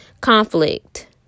conflict